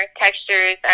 textures